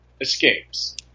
escapes